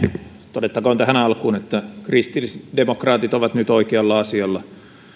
todettakoon tähän alkuun että kristillisdemokraatit ovat nyt oikealla asialla